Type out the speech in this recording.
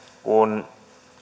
kun